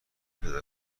پیدا